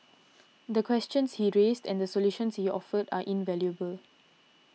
the questions he raised and the solutions he offered are invaluable